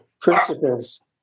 principles